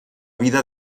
vida